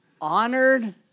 honored